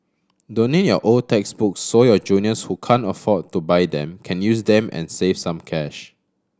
donate your old textbooks so your juniors who can't afford to buy them can use them and save some cash